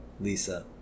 Lisa